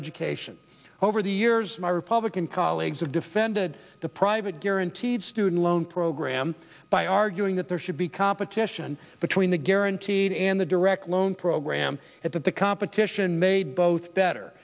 education over the years my republican colleagues have defended the private guaranteed student loan program by arguing that there should be competition between the guaranteed and the direct loan program at the competition may both better